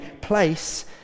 place